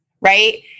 Right